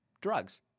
drugs